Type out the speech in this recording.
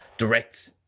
direct